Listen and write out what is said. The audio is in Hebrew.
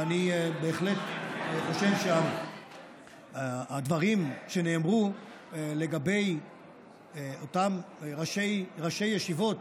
ואני בהחלט חושב שהדברים שנאמרו לגבי אותם ראשי ישיבות,